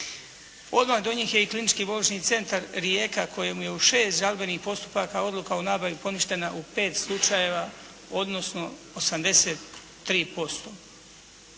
Odmah do njih je i klinički vozni centar Rijeka kojemu je u 6 žalbenih postupaka odluka o nabavi poništena u 5 slučajeva, odnosno 83%.